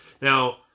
Now